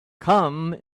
come